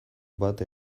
bat